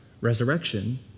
resurrection